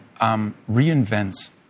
reinvents